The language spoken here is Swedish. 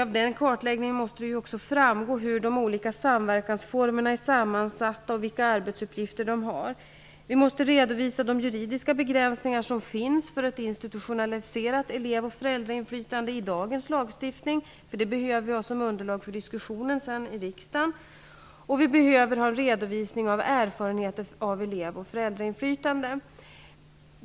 Av denna kartläggning måste framgå hur de olika samverkansformerna är sammansatta och vilka arbetsuppgifter som finns. De juridiska begränsningar som finns i dagens lagstiftning för ett institutionaliserat elev och föräldrainflytande måste redovisas. Det behövs som underlag för den fortsatta diskussionen i riksdagen. Vi behöver också en redovisning av erfarenheter av elev och föräldrainflytande.